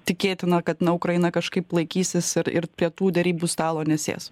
tikėtina kad na ukraina kažkaip laikysis ir ir prie tų derybų stalo nesės